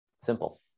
Simple